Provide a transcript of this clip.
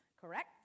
Correct